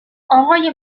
آقای